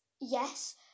Yes